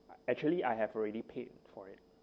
actually I have already paid for it